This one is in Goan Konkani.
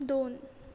दोन